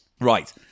Right